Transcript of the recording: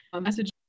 message